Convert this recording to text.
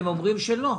הם אומרים שלא.